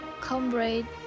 comrade